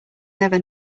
never